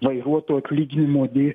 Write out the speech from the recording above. vairuoto atlyginimo